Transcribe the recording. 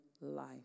life